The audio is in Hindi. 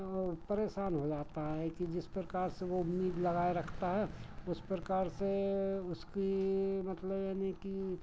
ओ परेशान हो जाता है कि जिस प्रकार से वो उम्मीद लगाए रखता है उस प्रकार से उसकी मतलब यानी कि